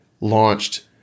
launched